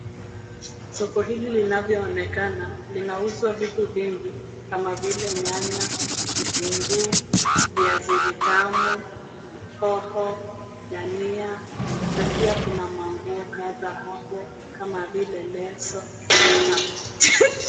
Soko hili linavyoonekana linauzwa vitu vingi kama vile nyanya, kitunguu, viazi vitamu, hoho, dania. Na pia kuna manguo kadhaa hapo kama vile leso.